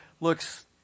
looks